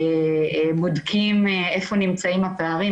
בודקים איפה נמצאים הפערים,